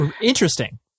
Interesting